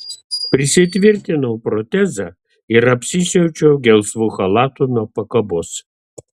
prisitvirtinau protezą ir apsisiaučiau gelsvu chalatu nuo pakabos